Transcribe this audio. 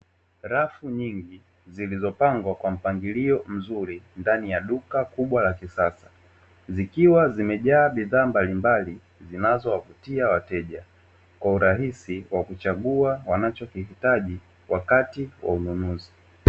Rafu nyingi zilizopangwa kwa mpangilio mzuri ndani ya duka kubwa la kisasa, zikiwa zimejaa bidhaa mbalimbali zinazowavutia wateja kwa urahisi wa kuchagua wanachokihitaji wakati wa ununuzi.